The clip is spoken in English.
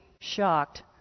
shocked